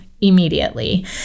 Immediately